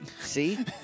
See